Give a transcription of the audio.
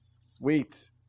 Sweet